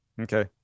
Okay